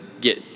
get